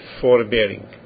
forbearing